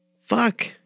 fuck